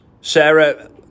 Sarah